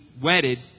wedded